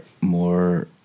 more